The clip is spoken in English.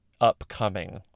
upcoming